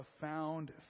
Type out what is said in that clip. found